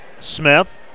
Smith